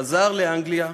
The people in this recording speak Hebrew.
חזר לאנגליה,